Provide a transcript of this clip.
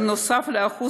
נוסף על כך,